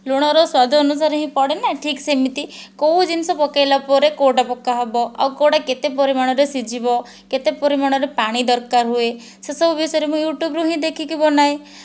ଲୁଣର ସ୍ଵାଦ ଅନୁସାରେ ହିଁ ପଡ଼େ ନା ଠିକ୍ ସେମିତି କେଉଁ ଜିନିଷ ପକାଇଲା ପରେ କେଉଁଟା ପକାହେବ ଆଉ କେଉଁଟା କେତେ ପରିମାଣରେ ସିଝିବ କେତେ ପରିମାଣରେ ପାଣି ଦରକାର ହୁଏ ସେସବୁ ବିଷୟରେ ମୁଁ ୟୁଟ୍ୟୁବ୍ରୁ ହିଁ ଦେଖିକି ବନାଏ